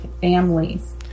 Families